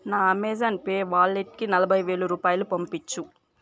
నా Amazon Pay వాలెట్కి నలభై వేల రూపాయలు పంపించు